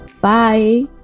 Bye